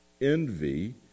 envy